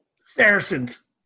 Saracens